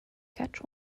catch